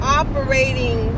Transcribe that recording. operating